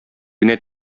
генә